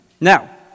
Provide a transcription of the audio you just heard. Now